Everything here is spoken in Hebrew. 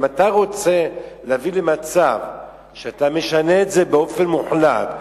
אם אתה רוצה להביא למצב שאתה משנה את זה באופן מוחלט,